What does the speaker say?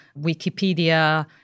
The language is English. Wikipedia